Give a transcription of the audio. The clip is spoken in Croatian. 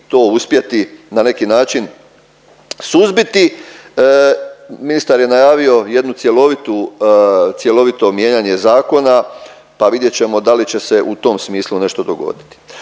to uspjeti na neki način suzbiti. Ministar je najavio jednu cjelovitu, cjelovito mijenjanje zakona pa vidjet ćemo da li će se u tom smislu nešto dogoditi.